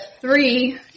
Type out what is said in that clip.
three